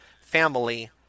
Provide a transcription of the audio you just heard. Family